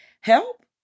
Help